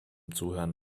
zuhören